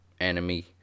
enemy